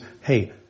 hey